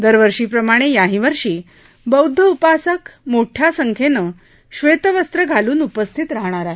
दरवर्षीप्रमाणे याहीवर्षी बौदध उपासक उपासिका मोठ्या संख्येनं श्वेत वस्त्र घालून उपस्थित राहणार आहेत